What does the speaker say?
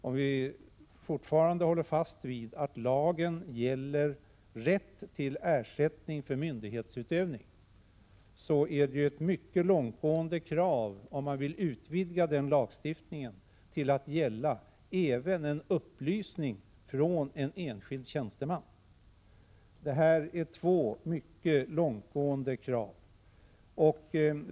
Om vi fortfarande håller fast vid att lagen gäller rätt till ersättning för myndighetsutövning, är det ju ett mycket långtgående krav om man vill utvidga lagstiftningen till att gälla även en upplysning från en enskild tjänsteman. Det här är två mycket långtgående krav.